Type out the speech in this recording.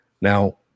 now